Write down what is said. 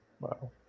Wow